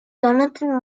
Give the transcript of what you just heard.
jonathan